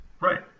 Right